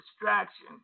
distraction